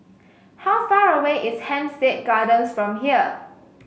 how far away is Hampstead Gardens from here